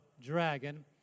dragon